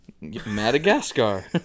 madagascar